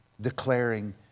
declaring